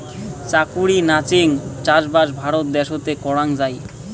চাকুরি নাচেঙ চাষবাস ভারত দ্যাশোতে করাং যাই